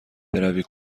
بروی